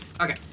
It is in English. Okay